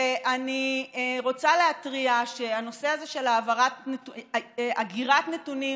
אני רוצה להתריע שהנושא הזה של הגירת נתונים